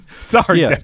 Sorry